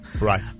Right